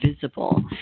visible